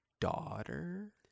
daughter